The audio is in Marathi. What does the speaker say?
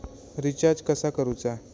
रिचार्ज कसा करूचा?